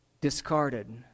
Discarded